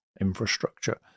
infrastructure